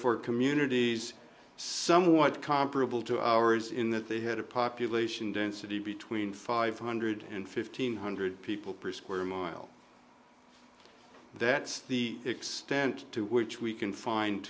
for communities somewhat comparable to ours in that they had a population density between five hundred and fifteen hundred people per square mile that's the extent to which we can fin